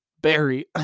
Barry